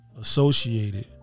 associated